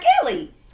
Kelly